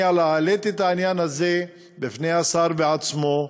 אני העליתי את העניין הזה בפני השר עצמו,